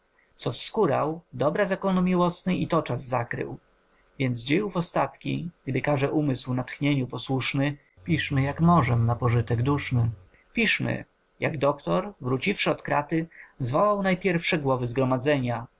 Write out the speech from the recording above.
co wskórał dobra zakonu miłośny i to czas zakrył więc dziejów ostatki gdy każe umysł natchnieniu posłuszny piszmy jak możem na pożytek duszny piszmy jak doktor wróciwszy od kraty zwołał najpierwsze głowy zgromadzenia